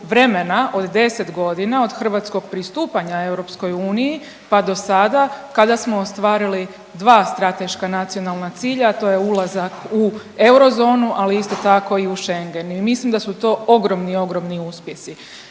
od 10 godina od hrvatskog pristupanja EU pa dosada kada smo ostvarili dva strateška nacionalna cilja, a to je ulazak u eurozonu ali isto tako i u Schengen. I mislim da su to ogromni, ogromni uspjesi.